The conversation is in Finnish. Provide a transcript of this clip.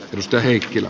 risto heikkilä